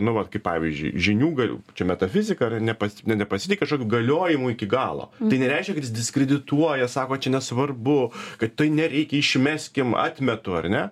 nu vat kaip pavyzdžiui žinių gaj čia metafizika ar nepas ne nepasitiki kažkokiu galiojimu iki galo tai nereiškia kad jis diskredituoja sako čia nesvarbu kad tai nereikia išmeskim atmetu ar ne